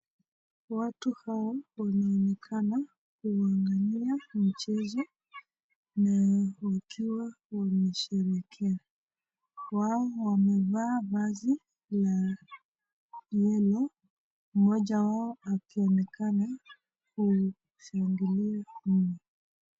Watu hawa wanaonekana kuangalia michezo na wakiwa wamesherehekea. Wao wamevaa vazi la neno, mmoja wao akionekana kushangilia mno.